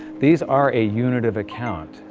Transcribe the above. these are a unit of account,